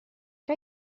que